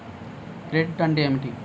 Credit అంటే ఏమిటి?